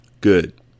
Good